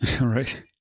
right